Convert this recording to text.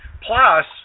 Plus